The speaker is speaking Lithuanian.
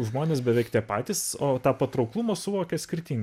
žmonės beveik tie patys o tą patrauklumą suvokia skirtingai